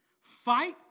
Fight